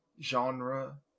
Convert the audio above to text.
genre